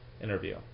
interview